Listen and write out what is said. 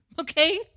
Okay